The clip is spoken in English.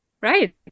Right